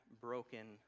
broken